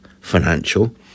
financial